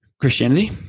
christianity